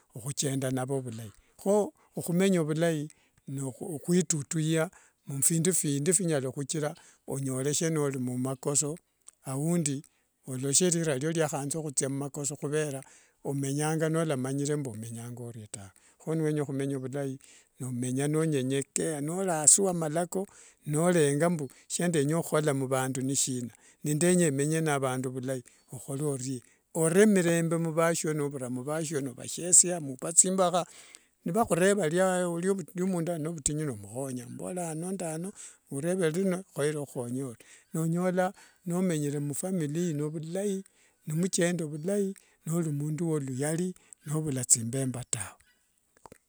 Khuchenda navo vulai kho okhumenya vulai nikhu khwitutuya muphindu phindi phinanya huchira onyoleshe noliumakoso aundi oloshe lira lio liahanza huthia umakoso huvera mbwo omenyanga nolamanyire omenyanga orio tawe. Kho niwenya khumenya vilai nomenya nonyenyekeya noliasi wa malako nolenga mbu shandenya khuhola muvandu nisina, nindenya menye nevandu vilai okholorie. Ore milemba muvasio, novhura muvasio novashiesha mupa thimbakha vivakhureva lio mundu alinende vutinyu nomukhonya, omuvorera ano nende ano khureve lino khoire ukhuhonya ori. Nonyola nomenyere mfamilii ino ovulai nimuchenda vhulai nolimundu wolukyali novula thimbemba tawe tawe.